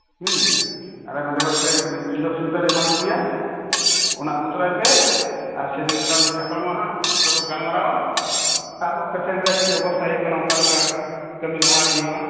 ᱦᱮᱸ ᱟᱞᱮ ᱱᱚᱸᱰᱮ ᱦᱚᱸ ᱢᱤᱜᱴᱮᱡ ᱥᱩᱡᱳᱜᱽ ᱥᱩᱵᱤᱫᱟᱞᱮ ᱮᱢᱟ ᱠᱚᱜᱮᱭᱟ ᱚᱱᱟ ᱟᱜᱩ ᱛᱚᱨᱟᱭ ᱯᱮ ᱟᱨ ᱥᱮᱫᱤᱱ ᱛᱷᱚᱲᱟ ᱵᱚ ᱧᱟᱧᱯᱟᱢᱚᱜᱼᱟ ᱦᱟᱸᱜ ᱟᱨ ᱵᱚ ᱜᱟᱞᱢᱟᱨᱟᱣᱟ ᱛᱟᱯᱚᱨ ᱯᱮᱥᱮᱱᱴ ᱨᱮᱭᱟᱜ ᱪᱮᱫ ᱚᱵᱚᱥᱛᱟ ᱦᱩᱭᱩᱜ ᱠᱟᱱᱟ ᱚᱱᱠᱟ ᱞᱮᱠᱟ ᱠᱟᱹᱢᱤ ᱞᱟᱦᱟ ᱤᱫᱤ ᱦᱩᱭᱩᱜᱼᱟ